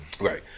Right